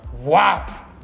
wow